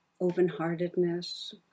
open-heartedness